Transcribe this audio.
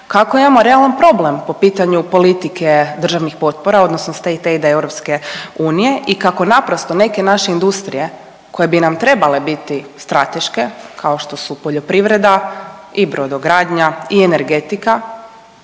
kako imamo realan problem po pitanju politike državnih potpora odnosno State Datea EU i kako naprosto neke naše industrije koje bi nam trebale biti strateške kao što su poljoprivreda i brodogradnja i energetika